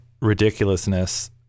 ridiculousness